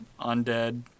undead